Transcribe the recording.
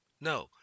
No